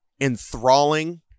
enthralling